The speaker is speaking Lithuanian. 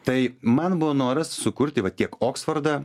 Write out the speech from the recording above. tai man buvo noras sukurti va tiek oksfordą